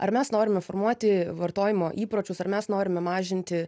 ar mes norime formuoti vartojimo įpročius ar mes norime mažinti